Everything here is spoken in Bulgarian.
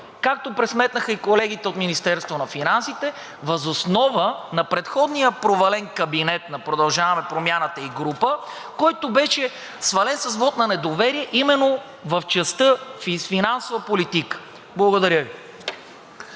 както пресметнаха и колегите от Министерството на финансите, въз основа на предходния провален кабинет на „Продължаваме Промяната“ и група, който беше свален с вот на недоверие именно в частта финансова политика. Благодаря Ви.